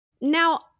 Now